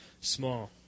small